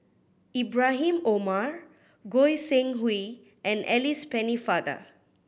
Ibrahim Omar Goi Seng Hui and Alice Pennefather